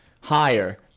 higher